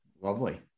Lovely